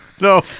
No